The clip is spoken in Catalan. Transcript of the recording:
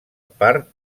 part